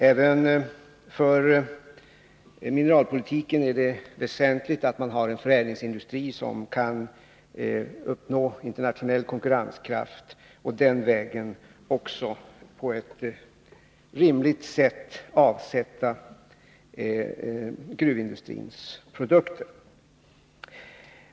Även för mineralpolitiken är det väsentligt att man har en förädlingsindustri som kan uppnå internationell konkurrenskraft och den vägen öka avsättningen av gruvindustrins produkter.